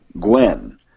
Gwen